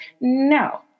no